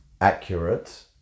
accurate